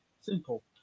Simple